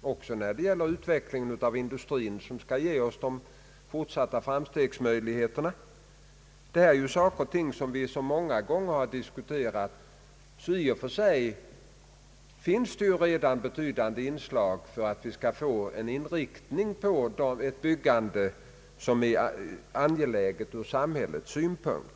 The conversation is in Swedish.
och även av industrin, som skall ge oss de fortsatta möjligheterna. Detta är ju saker och ting som vi så många gånger har diskuterat, så i och för sig finns det redan garantier för att byggandet skall få en sådan inriktning som är angelägen från samhällets synpunkt.